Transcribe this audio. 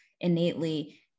innately